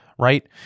Right